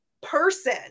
person